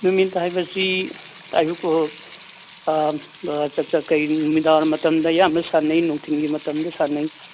ꯅꯨꯃꯤꯠ ꯍꯥꯏꯕꯁꯤ ꯑꯌꯨꯛ ꯅꯨꯃꯤꯗꯥꯡꯋꯥꯏꯔꯝ ꯃꯇꯝꯗ ꯑꯌꯥꯝꯕ ꯁꯥꯟꯅꯩ ꯅꯨꯡꯊꯤꯟꯒꯤ ꯃꯇꯝꯗ ꯁꯥꯟꯅꯩ